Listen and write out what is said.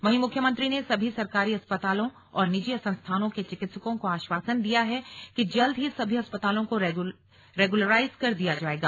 वहीं मुख्यमंत्री ने सभी सरकारी अस्पतालों और निजी संस्थानों के चिकित्सकों को आश्वासन दिया है कि जल्द ही सभी अस्पतालों को रेगुलराइज कर दिया जाएगा